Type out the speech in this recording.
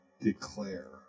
declare